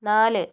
നാല്